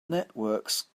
networks